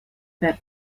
per